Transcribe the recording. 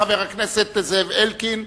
חבר הכנסת זאב אלקין,